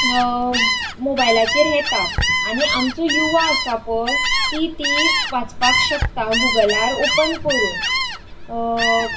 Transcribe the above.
मोबायलाचेर येता आनी आमचो युवा आसा पळय तीं तीं वाचपाक शकता गुगलार ओपन करून